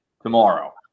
Tomorrow